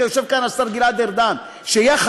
יושב כאן השר גלעד ארדן ויחד